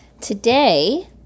Today